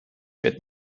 wird